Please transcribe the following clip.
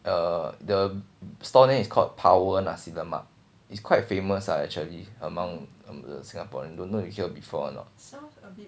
uh the store there is called power nasi lemak is quite famous ah actually among singaporean don't know you hear before or not